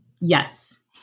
Yes